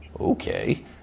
Okay